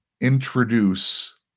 introduce